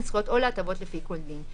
לזכויות או להטבות לפי כל דין,